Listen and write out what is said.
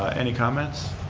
any comments?